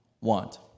want